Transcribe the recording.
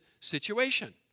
situation